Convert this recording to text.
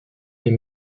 est